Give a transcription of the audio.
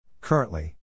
Currently